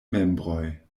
membroj